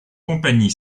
compagnie